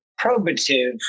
probative